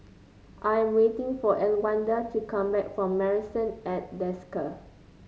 I am waiting for Elwanda to come back from Marrison at Desker